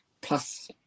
plus